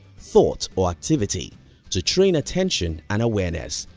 thought or activity to train attention and awareness,